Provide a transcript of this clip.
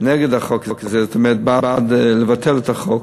נגד החוק הזה, זאת אומרת, בעד לבטל את החוק,